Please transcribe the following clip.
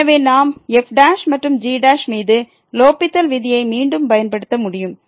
எனவே நாம் f மற்றும் g மீது லோப்பித்தல் விதியை மீண்டும் பயன்படுத்த முடியும்